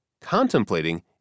Contemplating